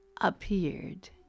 appeared